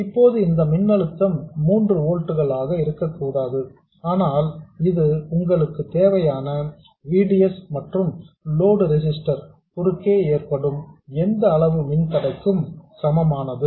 இப்போது இந்த மின் அழுத்தம் 3 ஓல்ட்ஸ் ஆக இருக்கக்கூடாது ஆனால் இது உங்களுக்கு தேவையான V D S மற்றும் லோடு ரெசிஸ்டர் குறுக்கே ஏற்படும் எந்த அளவு மின் தடைக்கும் சமமானது